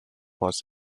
was